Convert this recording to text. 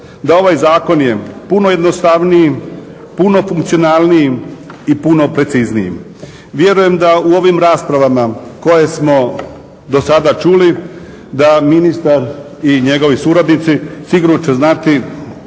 da ovaj Zakon je puno jednostavniji, puno funkcionalniji i puno precizniji. Vjerujem da u ovim raspravama koje smo do sada čuli da ministar i njegovi suradnici sigurno će znati